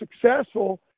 successful